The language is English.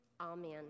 Amen